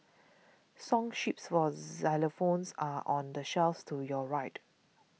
song sheets for xylophones are on the shelf to your right